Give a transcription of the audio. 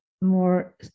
more